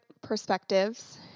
perspectives